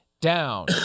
down